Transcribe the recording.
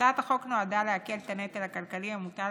הצעת החוק נועדה להקל את הנטל הכלכלי המוטל